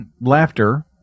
laughter